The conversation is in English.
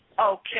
Okay